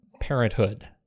parenthood